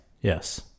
Yes